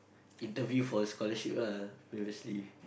interview for the scholarship ah previously